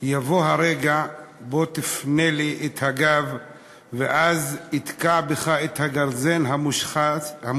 יבוא הרגע בו תפנה לי את הגב / ואז אתקע בך את הגרזן המושחז,